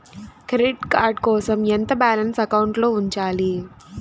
Credit card కోసం ఎంత balance అకౌంట్లో ఉంచాలి?